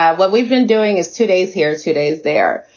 what we've been doing is two days here, two days there,